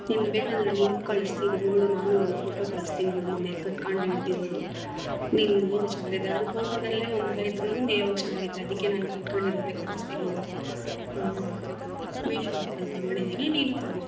ನಿನ್ಗೆ ಬೇಕಂದರೆ ಲಿಂಕ್ ಕಳಿಸ್ತೀನಿ ನೋಡು ನಾನು ಒಂದು ಫೋಟೋ ಕಳಿಸ್ತೀನ್ ನೋಡು ಮನೆದು ಕಟ್ಕಂಡು ಹಿಡ್ದಿರೋದು ನೀನು ನೋಡು ಚೆನ್ನಾಗಿದ್ದಾದ್ರೆ ಫೋಟೊದಲ್ಲೇ ಒಂಥರಾ ಇದ್ರು ನೇರವಾಗ್ ಚೆನ್ನಾಗೈತೆ ಅದಕ್ಕೆ ನಾನು ಕಟ್ಕಂಡಿರೋದೆ ಕಳಿಸ್ತೀನ್ ನೋಡು ಮೀಶೋ ಆ್ಯಪಲ್ಲಿ ತಗೊಂಡಿದಿನಿ ನೀನು ತಗೋ